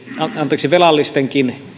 velallisten